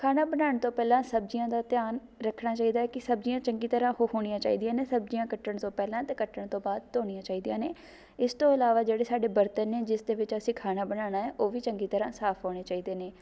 ਖਾਣਾ ਬਣਾਉਣ ਤੋਂ ਪਹਿਲਾਂ ਸਬਜ਼ੀਆਂ ਦਾ ਧਿਆਨ ਰੱਖਣਾ ਚਾਹੀਦਾ ਹੈ ਕਿ ਸਬਜ਼ੀਆਂ ਚੰਗੀ ਤਰ੍ਹਾਂ ਉਹ ਹੋਣੀਆ ਚਾਹੀਦੀਆਂ ਨੇ ਸਬਜ਼ੀਆਂ ਕੱਟਣ ਤੋਂ ਪਹਿਲਾਂ ਅਤੇ ਕੱਟਣ ਤੋਂ ਬਾਅਦ ਧੋਣੀਆਂ ਚਾਹੀਦੀਆਂ ਨੇ ਇਸ ਤੋਂ ਇਲਾਵਾ ਜਿਹੜੇ ਸਾਡੇ ਬਰਤਨ ਨੇ ਜਿਸ ਦੇ ਵਿੱਚ ਅਸੀਂ ਖਾਣਾ ਬਣਾਉਣਾ ਹੈ ਉਹ ਵੀ ਚੰਗੀ ਤਰ੍ਹਾਂ ਸਾਫ਼ ਹੋਣੇ ਚਾਹੀਦੇ ਨੇ